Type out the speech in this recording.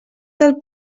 del